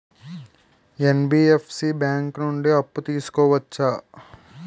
NBFC bank నుండి అప్పు తీసుకోవచ్చా?